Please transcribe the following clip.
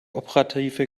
operative